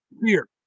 Fear